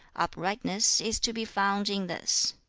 uprightness is to be found in this